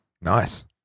Nice